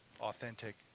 authentic